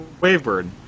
Wavebird